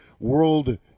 World